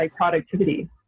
productivity